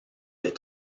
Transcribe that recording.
des